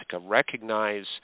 recognize